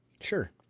Sure